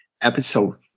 Episode